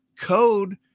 code